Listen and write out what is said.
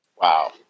Wow